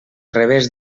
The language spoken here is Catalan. revés